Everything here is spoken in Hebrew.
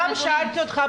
גם שאלתי אותך,